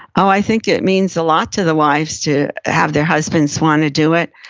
i think it means a lot to the wives to have their husbands wanna do it,